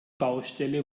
baustelle